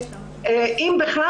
אם בכלל,